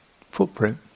footprint